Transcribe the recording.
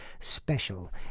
special